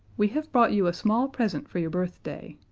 we have brought you a small present for your birthday.